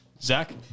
Zach